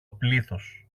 πλήθος